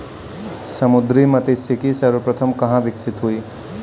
समुद्री मत्स्यिकी सर्वप्रथम कहां विकसित हुई?